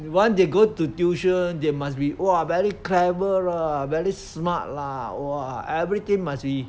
once they go to tuition they must be !wah! very clever ah very smart lah !wah! everything must be